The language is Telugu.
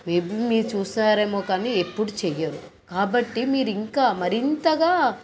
మేబీ మీరు చూశారేమో కానీ ఎప్పుడూ చెయ్యరు కాబట్టి మీరు ఇంకా మరింతగా